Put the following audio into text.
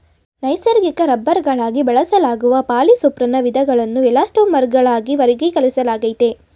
ನೈಸರ್ಗಿಕ ರಬ್ಬರ್ಗಳಾಗಿ ಬಳಸಲಾಗುವ ಪಾಲಿಸೊಪ್ರೆನ್ನ ವಿಧಗಳನ್ನು ಎಲಾಸ್ಟೊಮರ್ಗಳಾಗಿ ವರ್ಗೀಕರಿಸಲಾಗಯ್ತೆ